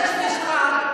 יש משפט,